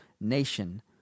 nation